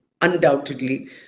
undoubtedly